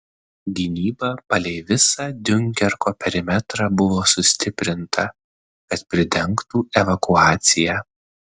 gynyba palei visą diunkerko perimetrą buvo sustiprinta kad pridengtų evakuaciją